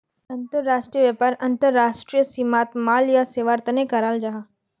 अंतर्राष्ट्रीय व्यापार अंतर्राष्ट्रीय सीमात माल या सेवार तने कराल जाहा